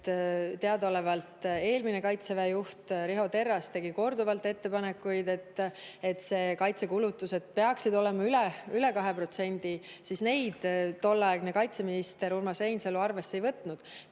teadaolevalt tegi eelmine Kaitseväe juht Riho Terras korduvalt ettepanekuid, et kaitsekulutused peaksid olema üle 2%, aga neid tolleaegne kaitseminister Urmas Reinsalu arvesse ei võtnud.